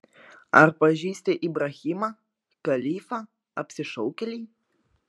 ar pažįsti ibrahimą kalifą apsišaukėlį